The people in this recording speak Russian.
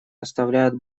составляет